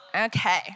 Okay